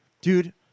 dude